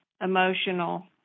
emotional